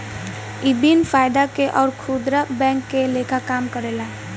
इ बिन फायदा के अउर खुदरा बैंक के लेखा काम करेला